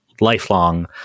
lifelong